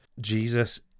jesus